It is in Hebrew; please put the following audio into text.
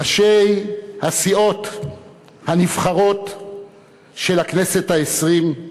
ראשי הסיעות הנבחרות של הכנסת העשרים,